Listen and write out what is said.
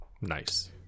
Nice